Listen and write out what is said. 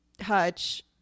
Hutch